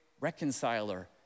Reconciler